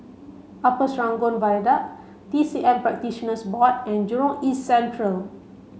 Upper Serangoon Viaduct T C M Practitioners Board and Jurong East Central